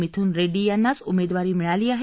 मिथुन रेङ्डी यांनाच उमेदवारी मिळाली आहे